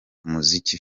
z’umuziki